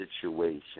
situation